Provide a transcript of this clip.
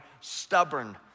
stubborn